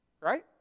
right